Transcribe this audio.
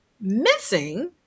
missing